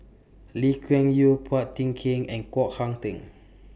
Lee Kuan Yew Phua Thin Kiay and Koh Hong Teng